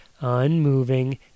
unmoving